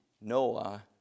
Noah